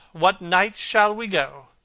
what night shall we go?